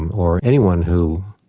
or anyone who